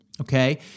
okay